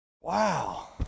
wow